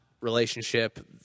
relationship